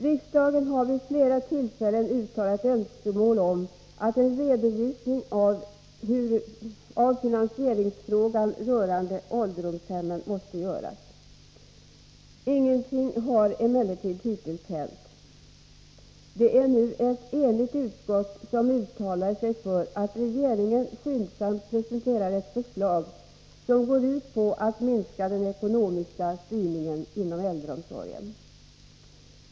Riksdagen har vid flera tillfällen uttalat önskemål om att en redovisning av finansieringsfrågan rörande ålderdomshemmen måste göras. Ingenting har emellertid hittills hänt. Det är nu ett enigt utskott som uttalar sig för att regeringen skyndsamt presenterar ett förslag som går ut på att minska den ekonomiska styrningen inom äldreomsorgen.